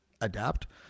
adapt